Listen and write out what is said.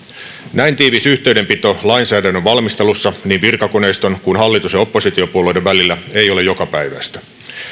näin tiivis yhteydenpito lainsäädännön valmistelussa niin virkakoneiston kuin hallitus ja oppositiopuolueiden välillä ei ole jokapäiväistä